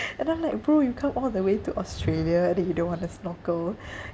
and I'm like bro you come all the way to australia and then you don't want to snorkel